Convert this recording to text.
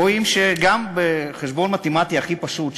רואים שגם בחשבון מתמטי הכי פשוט,